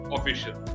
Official